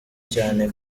cyane